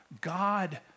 God